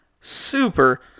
super